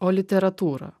o literatūrą